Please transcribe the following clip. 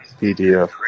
PDF